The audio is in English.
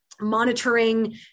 monitoring